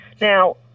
Now